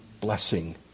blessing